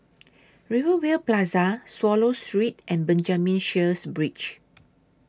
Rivervale Plaza Swallow Street and Benjamin Sheares Bridge